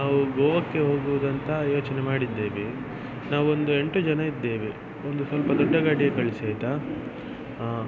ನಾವು ಗೋವಾಕ್ಕೆ ಹೋಗುವುದಂತ ಯೋಚನೆ ಮಾಡಿದ್ದೇವೆ ನಾವೊಂದು ಎಂಟು ಜನ ಇದ್ದೇವೆ ಒಂದು ಸ್ವಲ್ಪ ದೊಡ್ಡ ಗಾಡಿಯೇ ಕಳಿಸಿ ಆಯಿತಾ ಹಾ